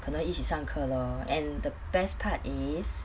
可能一起上课 lor and the best part is